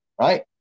Right